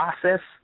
process